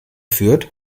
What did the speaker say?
fürth